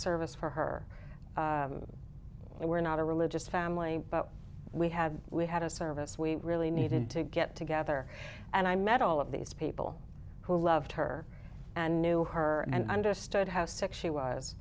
service for her we were not a religious family but we had we had a service we really needed to get together and i met all of these people who loved her and knew her and understood how sick she was